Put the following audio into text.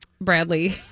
Bradley